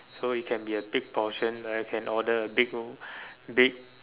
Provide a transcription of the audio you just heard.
so it can be a big portion I can order a big uh big